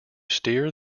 steer